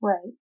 Right